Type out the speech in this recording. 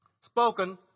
spoken